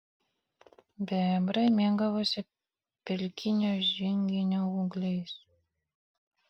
bebrai mėgavosi pelkinio žinginio ūgliais